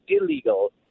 illegal